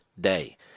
day